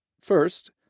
First